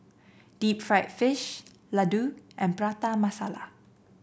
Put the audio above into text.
Deep Fried Fish Laddu and Prata Masala